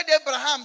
Abraham